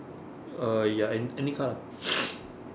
uh ya an~ any card ah